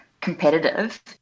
competitive